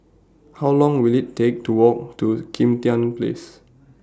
How Long Will IT Take to Walk to Kim Tian Place